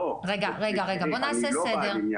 בואו נעשה סדר.